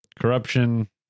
Corruption